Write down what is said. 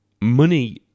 money